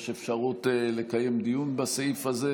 יש אפשרות לקיים דיון בסעיף הזה.